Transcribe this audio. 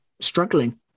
struggling